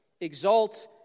exalt